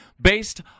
based